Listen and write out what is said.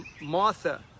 Martha